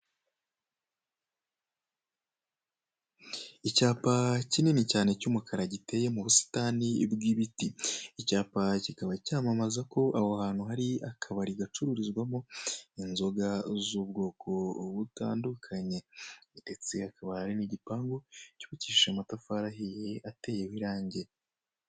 Icyapa kinini cyane cy'umukara giteye mu busitani bw'ibiti, icyapa kikaba cyamamaza ko aho hantu hari akabari gacururizwamo inzoga z'ubwoko butandukanye ndetse hakaba hari n'igipangu cyubakishije amatafari ahiye ateyeho irangi.